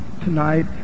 tonight